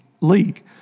league